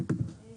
לעניין